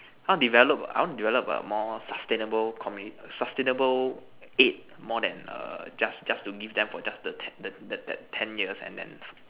I want develop I want to develop a more sustainable community sustainable aid more than err just just just to give them the more than ten years and then